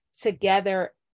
together